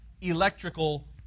electrical